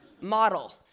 Model